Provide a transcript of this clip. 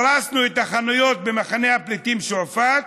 הרסנו את החנויות במחנה הפליטים שועפאט